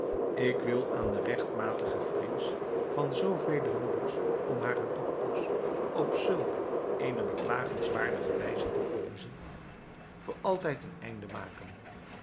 ik wil aan de regtmatige vrees van zoo vele moeders om hare dochters op zulk eene beklagenswaardige wijze te verliezen voor altijd een einde maken